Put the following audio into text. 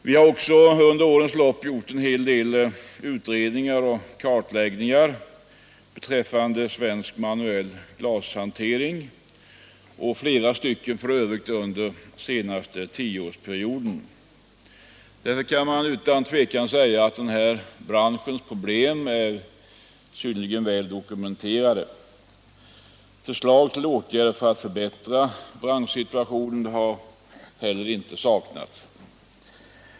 Under årens lopp har vi gjor en hel del utredningar och kartläggningar beträffande svensk manuell glashantering, f. ö. flera under den senaste tioårsperioden. Därför kan man utan tvekan säga att branschens problem är synnerligen väl dokumenterade. Förslag till åtgärder för att förbättra branschsituationen har inte heller saknats.